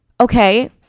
okay